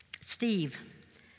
Steve